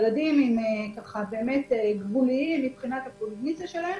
ילדים גבוליים מבחינת הקוגניציה שלהם,